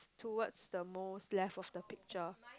towards the most left of the tiger